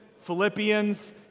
Philippians